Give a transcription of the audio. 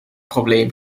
probleem